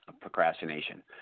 procrastination